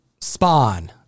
Spawn